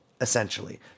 essentially